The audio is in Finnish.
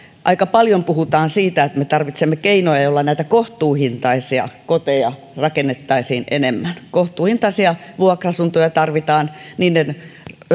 aika paljon puhutaan siitä että me tarvitsemme keinoja joilla kohtuuhintaisia koteja rakennettaisiin enemmän kohtuuhintaisia vuokra asuntoja tarvitaan niiden